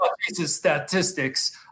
statistics